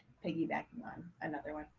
piggybacking on another one.